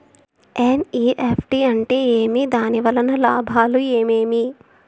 NEFT అంటే ఏమి? దాని వలన లాభాలు ఏమేమి